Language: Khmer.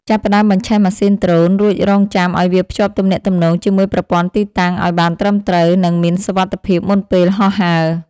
ចាប់ផ្ដើមបញ្ឆេះម៉ាស៊ីនដ្រូនរួចរង់ចាំឱ្យវាភ្ជាប់ទំនាក់ទំនងជាមួយប្រព័ន្ធទីតាំងឱ្យបានត្រឹមត្រូវ និង មានសុវត្ថិភាពមុនពេលហោះហើរ។